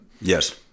Yes